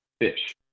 fish